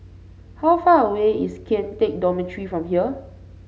how far away is Kian Teck Dormitory from here